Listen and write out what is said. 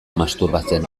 masturbatzen